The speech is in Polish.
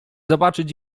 zobaczyć